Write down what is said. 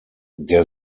der